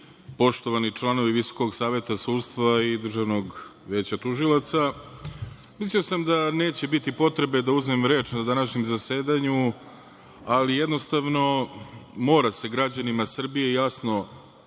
poštovani članovi Visokog saveta sudstva i Državnog veća tužilaca, mislio sam da neće biti potrebe da uzmem reč na današnjem zasedanju, ali, jednostavno, mora se građanima Srbije jasno